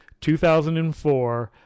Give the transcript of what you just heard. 2004